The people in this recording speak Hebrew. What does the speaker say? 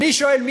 יש לאן לשאוף.